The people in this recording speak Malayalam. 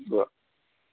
ഉവ്വ്